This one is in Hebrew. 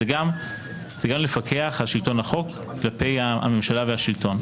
זה גם לפקח על שלטון החוק כלפי הממשלה והשלטון.